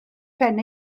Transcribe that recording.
phen